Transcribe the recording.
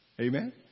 Amen